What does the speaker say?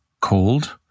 cold